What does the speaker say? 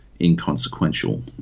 inconsequential